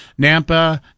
Nampa